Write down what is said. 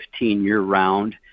year-round